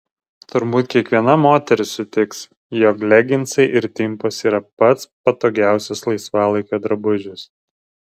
turbūt kiekviena moteris sutiks jog leginsai ir timpos yra pats patogiausias laisvalaikio drabužis